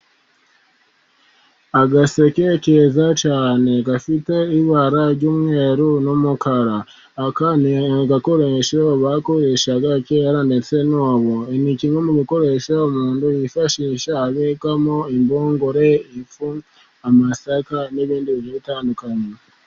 Agaseke keza cyane , gafite ibara ry'umweru n'umukara . Aka ni agakoresho bakoreshaga kera netse n'ubu . Ni kimwe mu bikoresho umuntu yifashisha abikamo inpungure , ifu , amasaka n'ibindi bigiye bitandukanye.